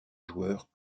joueur